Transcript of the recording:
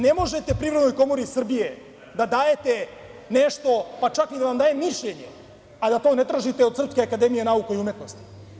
Ne možete Privrednoj komori Srbije da dajete nešto, pa čak i da vam daje mišljenje, ali da to ne tražite od Srpske akademije nauka i umetnosti.